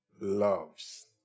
loves